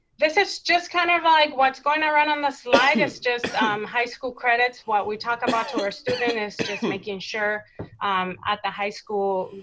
this is just kind of like, what's going around on the slide is just um high school credits, what we talk about to our students is just making sure um at the high school,